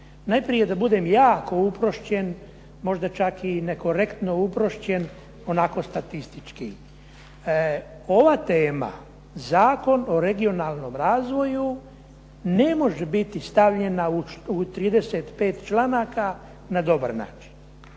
Najprije da budem jako uprošćen, možda čak i nekorektno uprošćen onako statistički. Ova tema Zakon o regionalnom razvoju ne može biti stavljena u 35. članaka na dobar način,